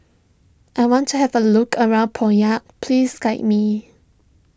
I want to have a look around Pyongyang please guide me